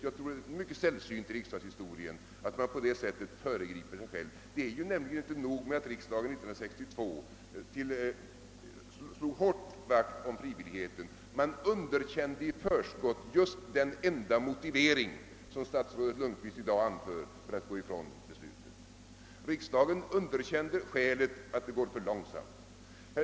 Jag tror det är mycket sällsynt i riksdagens historia att man på detta sätt har föregripit sig själv. Det är inte nog med att riksdagen 1962 slog vakt om frivilligheten; man underkände i förskott den enda motivering som statsrådet Lundkvist i dag anför för att gå ifrån beslutet. Riksdagen underkände skälet att det går för långsamt.